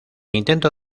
intento